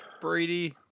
Brady